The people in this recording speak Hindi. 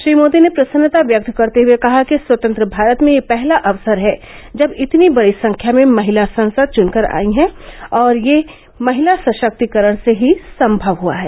श्री मोदी ने प्रसन्नता व्यक्त करते हुए कहा कि स्वतंत्र भारत में यह पहला अवसर है जब इतनी बड़ी संख्या में महिला संसद चुनकर आई हैं और यह महिला सशक्तीकरण से ही संभव हुआ है